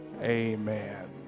amen